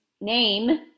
name